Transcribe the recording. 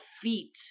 feet